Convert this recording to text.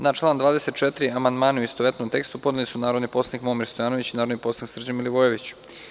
Na član 24. amandmane u istovetnom tekstu podneli su narodni poslanik Momir Stojanović i narodni poslanik Srđan Milivojević.